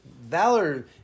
Valor